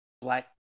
black